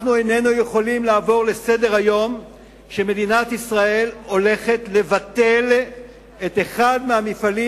איננו יכולים לעבור לסדר-היום כשמדינת ישראל הולכת לבטל את אחד מהמפעלים